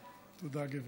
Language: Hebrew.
תודה, גברתי.